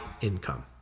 income